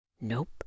Nope